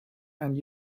and